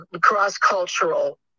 cross-cultural